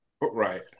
right